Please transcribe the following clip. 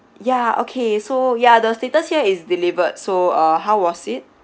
ya okay so ya the status here is delivered so uh how was it